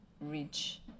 rich